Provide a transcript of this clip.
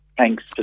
thanks